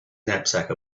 knapsack